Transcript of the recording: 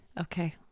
Okay